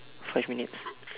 five minutes